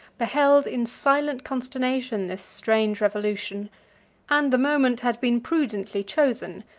beheld in silent consternation this strange revolution and the moment had been prudently chosen,